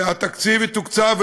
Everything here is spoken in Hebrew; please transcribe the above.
שהתקציב יתוקצב,